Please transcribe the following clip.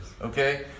okay